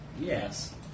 yes